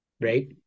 Right